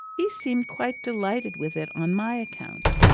he seemed quite delighted with it on my account.